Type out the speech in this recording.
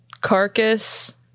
carcass